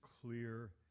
clear